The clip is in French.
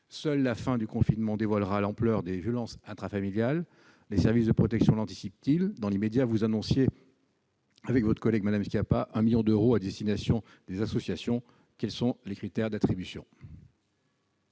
Seule la fin du confinement dévoilera l'ampleur des violences intrafamiliales. Les services de protection l'anticipent-ils ? Dans l'immédiat, vous annonciez, avec Mme Schiappa, un million d'euros à destination des associations. Quels sont les critères d'attribution ?